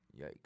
Yikes